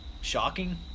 shocking